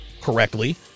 correctly